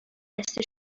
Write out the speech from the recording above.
بسته